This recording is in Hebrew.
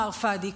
אמר פאדי.